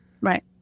Right